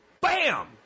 BAM